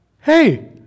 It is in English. hey